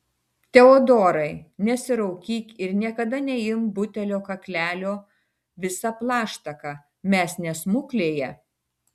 teodorai nesiraukyk ir niekada neimk butelio kaklelio visa plaštaka mes ne smuklėje